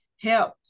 help